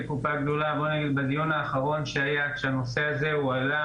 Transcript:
בדיון האחרון שהיה כשהנושא הזה הועלה,